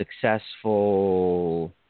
successful